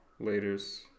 laters